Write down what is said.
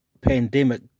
pandemic